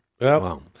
Wow